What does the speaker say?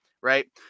right